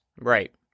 Right